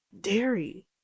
dairy